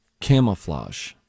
Camouflage